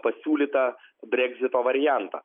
pasiūlytą breksito variantą